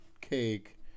cake